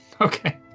Okay